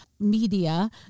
media